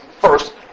first